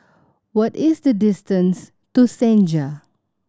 what is the distance to Senja